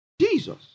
Jesus